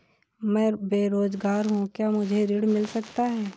मैं बेरोजगार हूँ क्या मुझे ऋण मिल सकता है?